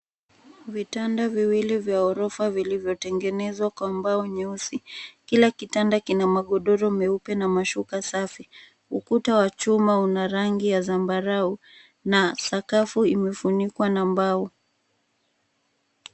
Vitanda viwili vya orofa vilivyotengenezwa kwa mbao nyeusi. Kila kitanda kina magodoro meupe na mashuka safi. Ukuta wa chuma una rangi ya zambarau na sakafu imefunikwa na mbao.